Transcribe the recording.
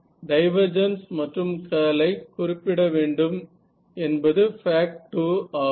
divergence மற்றும் curl ஐ குறிப்பிடப்பட வேண்டும் என்பது பேக்ட் 2 ஆகும்